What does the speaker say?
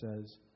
says